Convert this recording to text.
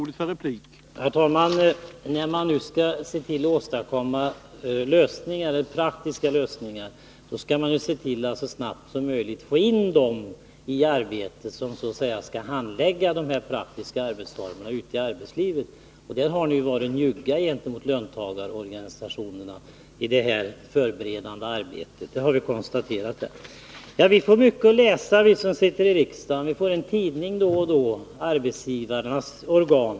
Herr talman! När man nu skall åstadkomma praktiska lösningar, skall man se till att man i detta arbete så snart som möjligt får in dem som ute i arbetslivet skall handlägga dessa frågor. Och i det förberedande arbetet har ni på denna punkt varit mjuka gentemot löntagarorganisationer. Det har vi kunnat konstatera. Vi som sitter i riksdagen får mycket att läsa. Då och då får vi en tidning som är arbetsgivarnas organ.